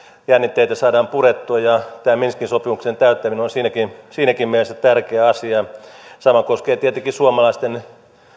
jännitteitä saadaan purettua ja tämä minskin sopimuksen täyttäminen on siinäkin siinäkin mielessä tärkeä asia sama koskee tietenkin suomalaisten